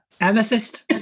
Amethyst